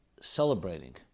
celebrating